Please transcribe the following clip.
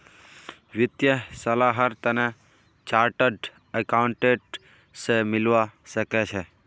वित्तीय सलाहर तने चार्टर्ड अकाउंटेंट स मिलवा सखे छि